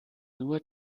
nur